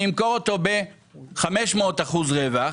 אני אמכור אותו ב-500 אחוזי רווח.